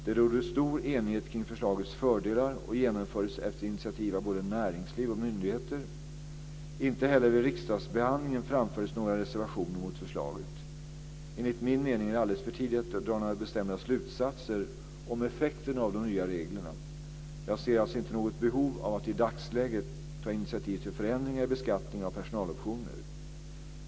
Det rådde stor enighet kring förslagets fördelar, och det genomfördes efter initiativ av både näringsliv och myndigheter. Inte heller vid riksdagsbehandlingen framfördes några reservationer mot förslaget. Enligt min mening är det alldeles för tidigt att dra några bestämda slutsatser om effekterna av de nya reglerna. Jag ser alltså inte något behov av att i dagsläget ta initiativ till förändringar i beskattningen av personaloptioner.